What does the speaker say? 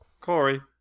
Corey